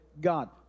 God